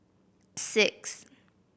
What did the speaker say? six